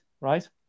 right